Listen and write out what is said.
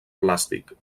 plàstic